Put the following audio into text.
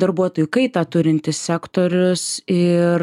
darbuotojų kaitą turintis sektorius ir